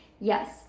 yes